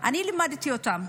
אני לימדתי אותן,